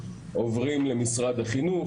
עוברים למשרד החינוך.